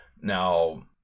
Now